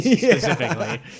specifically